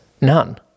None